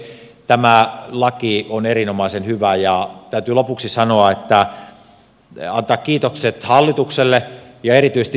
tämä laki on erinomaisen hyvä ja täytyy lopuksi antaa kiitokset hallitukselle ja erityisesti ministeri ihalaiselle